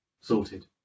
Sorted